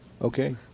Okay